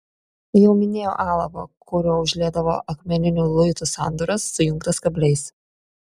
jau minėjau alavą kuriuo užliedavo akmeninių luitų sandūras sujungtas kabliais